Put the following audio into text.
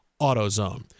AutoZone